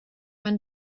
man